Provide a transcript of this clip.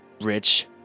rich